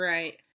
Right